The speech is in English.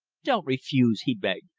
don't refuse! he begged.